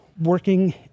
working